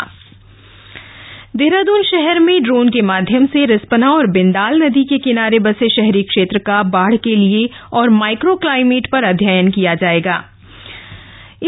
दुन डोन अध्ययन देहरादन शहर में ड्रोन के माध्यम से रिस्पना और बिंदाल नदी के किनारे बसे शहरी क्षेत्र का बाढ़ के लिए और माइक्रो क्लाइमेट पर अध्ययन किया जाना प्रस्तावित है